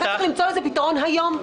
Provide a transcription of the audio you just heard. צריך למצוא לזה פתרון היום.